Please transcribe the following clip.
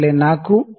001334 0